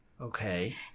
Okay